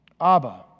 Abba